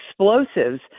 explosives